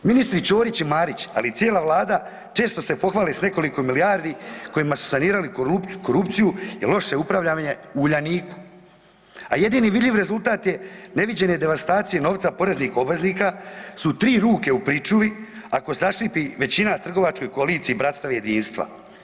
Ministri Ćorić i Marić, ali i cijela Vlada često se pohvali s nekoliko milijardi kojima su saniraju korupciju i loše upravljanje u Uljaniku, a jedini vidljivi rezultat je neviđene devastacije novca poreznih obveznika su tri ruke u pričuvi ako zaškripi većina u trgovačkoj koaliciji bratstva i jedinstva.